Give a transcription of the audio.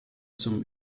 zum